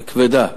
וכבדה,